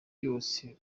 yose